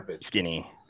skinny